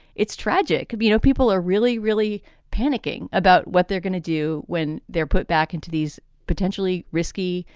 it's tragic. you know, people are really, really panicking about what they're going to do when they're put back into these potentially risky,